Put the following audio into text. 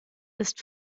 ist